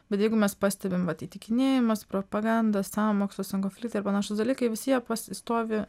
bet jeigu mes pastebim vat įtikinėjimas propaganda sąmokslas ten konfliktai ir panašūs dalykai visi jie pas jis stovi